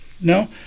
no